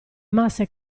masse